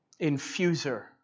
infuser